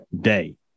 day